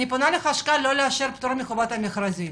אני פונה לחשכ"ל לא לאשר פטור מחובת המכרזים.